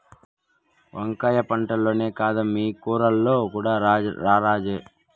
వంకాయ పంటల్లోనే కాదమ్మీ కూరల్లో కూడా రారాజే